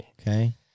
okay